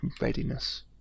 readiness